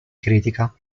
critica